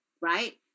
right